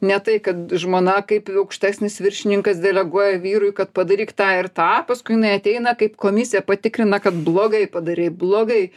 ne tai kad žmona kaip aukštesnis viršininkas deleguoja vyrui kad padaryk tą ir tą paskui jinai ateina kaip komisija patikrina kad blogai padarei blogai